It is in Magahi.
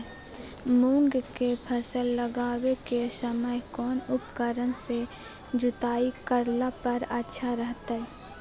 मूंग के फसल लगावे के समय कौन उपकरण से जुताई करला पर अच्छा रहतय?